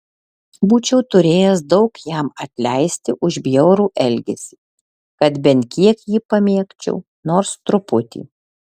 būčiau turėjęs daug jam atleisti už bjaurų elgesį kad bent kiek jį pamėgčiau nors truputį